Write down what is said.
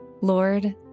Lord